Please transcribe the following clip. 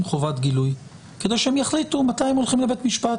חובת גילוי כדי שהם יחליטו מתי הם הולכים לבית משפט.